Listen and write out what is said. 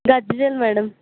Gadwal madam